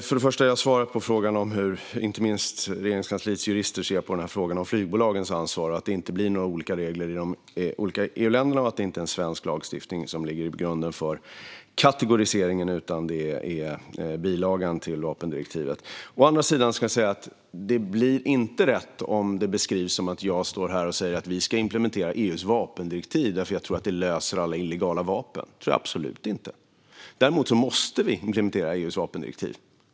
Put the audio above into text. Fru talman! Jag har redan svarat på frågan om hur inte minst Regeringskansliets jurister ser på frågan om flygbolagens ansvar, att det inte blir några olika regler i de olika EU-länderna och att det inte är svensk lagstiftning som ligger till grund för kategoriseringen utan bilagan till vapendirektivet. Å andra sidan ska jag säga att det inte blir rätt om det beskrivs som att jag står här och säger att vi ska implementera EU:s vapendirektiv för att jag tror att det skulle lösa problemet med alla illegala vapen. Det tror jag absolut inte. Däremot måste vi implementera EU:s vapendirektiv.